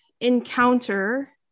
encounter